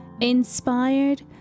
inspired